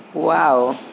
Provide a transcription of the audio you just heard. wow